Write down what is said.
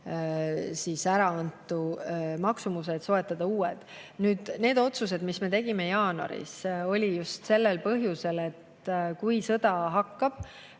oma äraantu maksumuse, et soetada uued. Nüüd, need otsused, mis me tegime jaanuaris, olid just sellel põhjusel, et kui sõda hakkab,